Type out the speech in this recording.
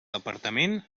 departament